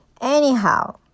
Anyhow